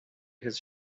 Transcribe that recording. his